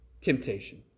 temptation